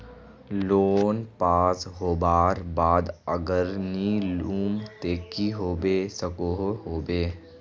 Loan pass होबार बाद अगर नी लुम ते की होबे सकोहो होबे?